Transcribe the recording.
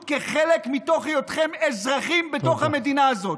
כחלק מהיותכם אזרחים בתוך המדינה הזאת.